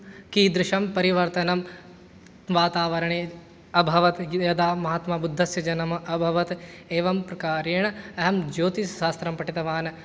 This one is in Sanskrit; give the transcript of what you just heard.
कीदृशं परिवर्तनं वातावरणे अभवत् यदा महात्माबुद्धस्य जन्म अभवत् एवं प्रकारेण अहं ज्योतिषशास्त्रं पठितवान्